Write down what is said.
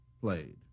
played